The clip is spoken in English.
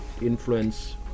influence